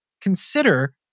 consider